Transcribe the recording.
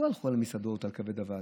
לא הלכו על מסעדות ועל כבד אווז.